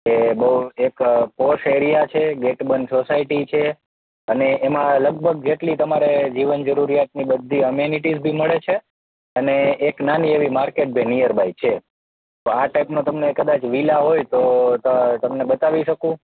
કે બહુ એક પૉશ એરિયા છે ગેટબંધ સોસાયટી છે અને એમાં લગભગ તમારે જીવન જરૂરિયાતની બધી એમિનિટીઝ પણ મળે છે અને એક નાની એવી માર્કેટ બી નિયરબાય છે તો આ ટાઈપનો તમને કદાચ વિલા હોય તો તો તમને બતાવી શકું